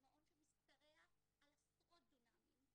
מעון שמשתרע על עשרות דונמים,